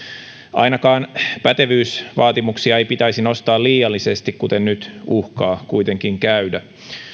ainakaan pätevyysvaatimuksia ei pitäisi nostaa liiallisesti kuten nyt uhkaa kuitenkin käydä